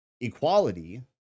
Equality